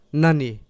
nani